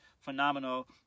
phenomenal